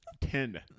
Ten